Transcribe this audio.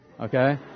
Okay